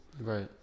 Right